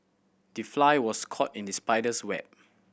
the fly was caught in the spider's web